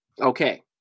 okay